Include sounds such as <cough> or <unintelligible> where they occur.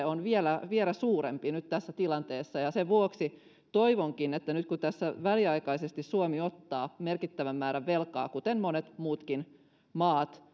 <unintelligible> on vielä vielä suurempi kiire nyt tässä tilanteessa sen vuoksi toivonkin että nyt kun suomi väliaikaisesti ottaa merkittävän määrän velkaa kuten monet muutkin maat <unintelligible>